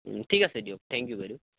ঠিক আছে দিয়ক থ্যেংক ইউ বাইদেউ